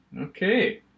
Okay